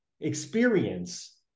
experience